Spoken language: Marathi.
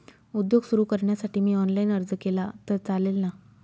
उद्योग सुरु करण्यासाठी मी ऑनलाईन अर्ज केला तर चालेल ना?